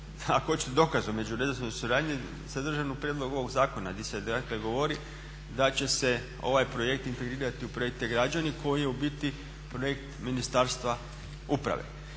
ako hoćete dokaz o međuresornoj suradnji sadržan u prijedlogu ovog zakona gdje se dakle govori da će se ovaj projekt u integrirati u projekt e-građani koji je u biti projekt Ministarstva uprave.